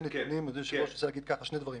אני רוצה להתייחס לנתונים.